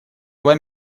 два